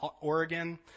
Oregon